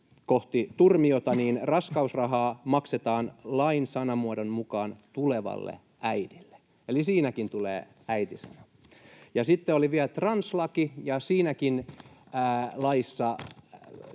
kohti turmiota. Raskausrahaa maksetaan lain sanamuodon mukaan tulevalle äidille, eli siinäkin tulee äiti-sana. Ja sitten oli vielä translaki, ja siinäkin laissa